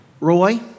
Roy